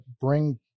bring